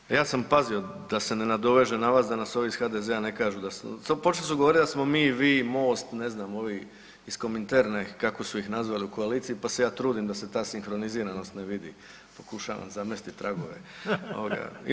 Da, pa ja sam pazio da se ne nadovežem na vas, da nas ovi ih HDZ-a ne kažu da, počeli su govorit da smo mi, vi, MOST, ne znam ovi iz Kominterne kako su ih nazvali u koaliciji pa se ja trudim da se ta sinkroniziranost ne vidi, pokušavam zamesti tragove ovoga.